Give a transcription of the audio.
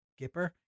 Gipper